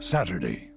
Saturday